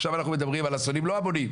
עכשיו אנחנו מדברים על אסונות לא המוניים,